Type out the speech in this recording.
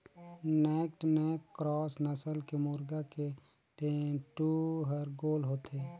naked neck cross नसल के मुरगा के ढेंटू हर गोल होथे